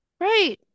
Right